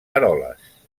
eroles